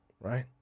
right